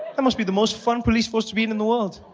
that must be the most fun police force to be in, in the world.